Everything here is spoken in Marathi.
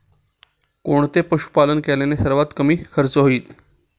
कोणते पशुपालन केल्याने सर्वात कमी खर्च होईल?